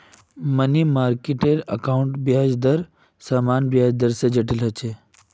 money market अकाउंटेर ब्याज दरो साधारण ब्याज दर से जटिल होचे